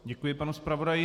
Děkuji panu zpravodaji.